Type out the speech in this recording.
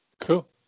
Cool